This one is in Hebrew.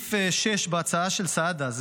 בסעיף 6 בהצעה של סעדה,